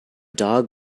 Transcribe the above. dog